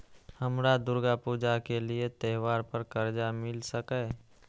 हमरा दुर्गा पूजा के लिए त्योहार पर कर्जा मिल सकय?